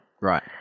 Right